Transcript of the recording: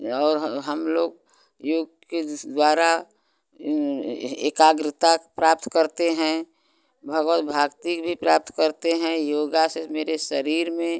और हम लोग योग के द्वारा एकाग्रता प्राप्त करते हैं भगवत भागती भी प्राप्त करते हैं योग से मेरे शरीर में